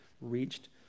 reached